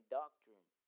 doctrine